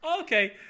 Okay